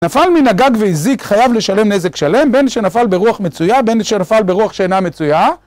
נפל מן הגג והזיק חייב לשלם נזק שלם, בין שנפל ברוח מצויה, בין שנפל ברוח שאינה מצויה.